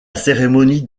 cérémonie